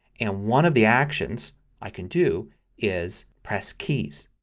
and one of the actions i can do is press keys.